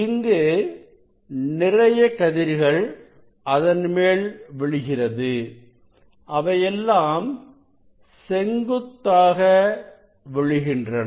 இங்கு நிறைய கதிர்கள் அதன் மேல் விழுகிறது அவையெல்லாம் செங்குத்தாக விழுகின்றன